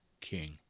king